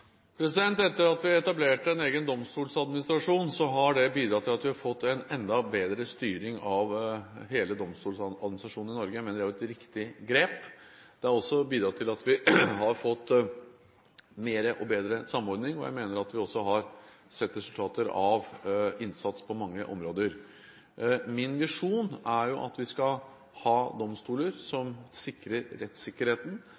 at vi etablerte en egen domstolsadministrasjon, har bidratt til at vi har fått en enda bedre styring av hele domstolsadministrasjonen i Norge. Jeg mener det var et riktig grep. Det har også bidratt til at vi har fått mer og bedre samordning, og jeg mener at vi også har sett resultater av innsats på mange områder. Min visjon er at vi skal ha domstoler